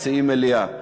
מציעים מליאה.